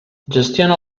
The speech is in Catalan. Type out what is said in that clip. gestiona